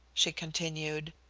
she continued.